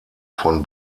von